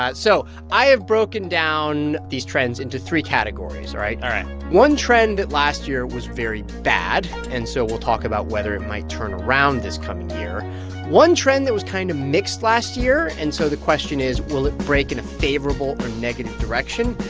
so i have broken down these trends into three categories, all right? all right one trend that, last year, was very bad, and so we'll talk about whether it might turn around this coming year one trend that was kind of mixed last year, and so the question is, will it break in a favorable or negative direction?